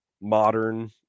modern